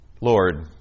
Lord